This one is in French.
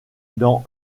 dans